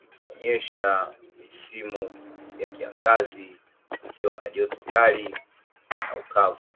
ikionyesha misimu ya kiangazi pakiwa na joto kali na ukavu.